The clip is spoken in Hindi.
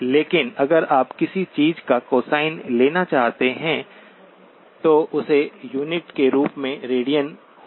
इसलिए लेकिन अगर आप किसी चीज़ का कोसाइन लेना चाहते हैं तो उसे यूनिट के रूप में रेडियन होना चाहिए